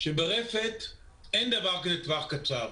שברפת אין דבר כזה טווח קצר.